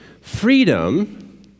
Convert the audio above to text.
Freedom